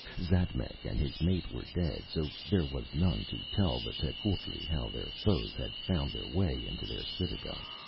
xatmec and his mate were dead, so there was none to tell the tecuhltli how their foes had found their way into their citadel.